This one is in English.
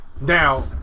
now